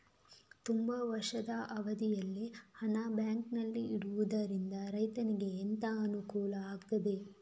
ತುಂಬಾ ವರ್ಷದ ಅವಧಿಯಲ್ಲಿ ಹಣ ಬ್ಯಾಂಕಿನಲ್ಲಿ ಇಡುವುದರಿಂದ ರೈತನಿಗೆ ಎಂತ ಅನುಕೂಲ ಆಗ್ತದೆ?